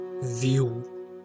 view